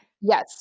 Yes